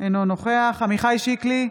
אינו נוכח עמיחי שיקלי,